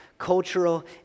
cultural